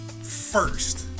first